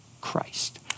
Christ